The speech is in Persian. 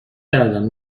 کردم